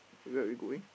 where are we going